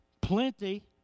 Plenty